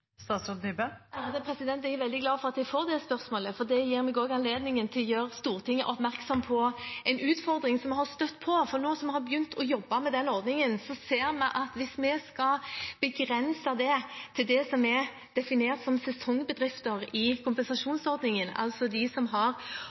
Jeg er veldig glad for at jeg får det spørsmålet, for det gir meg anledning til å gjøre Stortinget oppmerksom på en utfordring vi har støtt på, for nå som vi har begynt å jobbe med den ordningen, ser vi at hvis vi skal begrense det til det som i kompensasjonsordningen er definert som sesongbedrifter, altså de som har